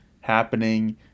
happening